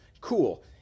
cool